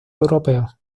europeos